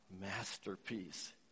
masterpiece